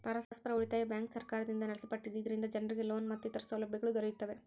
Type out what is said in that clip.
ಪರಸ್ಪರ ಉಳಿತಾಯ ಬ್ಯಾಂಕ್ ಸರ್ಕಾರದಿಂದ ನಡೆಸಲ್ಪಟ್ಟಿದ್ದು, ಇದರಿಂದ ಜನರಿಗೆ ಲೋನ್ ಮತ್ತಿತರ ಸೌಲಭ್ಯಗಳು ದೊರೆಯುತ್ತವೆ